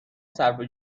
صرفه